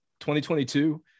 2022